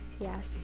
yes